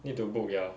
need to book ya